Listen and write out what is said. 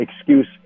excuse